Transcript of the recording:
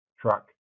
truck